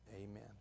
amen